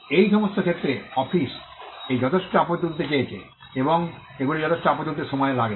এই সমস্ত ক্ষেত্রে অফিস এই যথেষ্ট আপত্তি তুলতে চলেছে এবং এগুলি যথেষ্ট আপত্তি তুলতে সময় লাগে